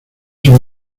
son